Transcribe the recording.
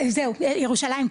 זהו ירושלים,